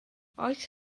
oes